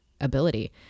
ability